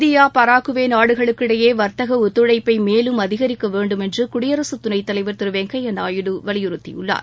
India Paraguay நாடுகளுக்கு இடையே வர்த்தக ஒத்துழைப்பை மேலும் அதிகரிக்க வேண்டும் என்று தலைவர் குடியரசு துணைத் திரு வெங்கய்யா நாயுடு வலியுறுத்தியுள்ளார்